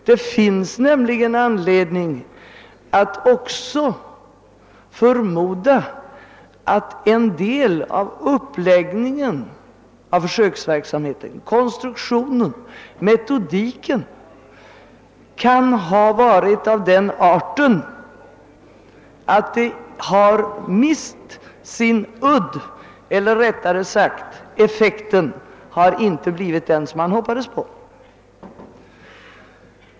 Det finns nämligen anledning att också förmoda att en del av uppläggningen, konstruktionen av försöksverksamheten, metodiken för denna kan ha varit av den arten att den mist sin udd eller rättare sagt att effekten inte blivit den man hoppades på.